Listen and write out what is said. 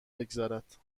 بگذارد